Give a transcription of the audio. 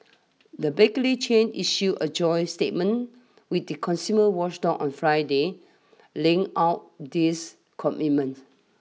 the bakery chain issued a joint statement with the consumer watchdog on Friday laying out these commitments